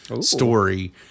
story